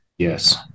Yes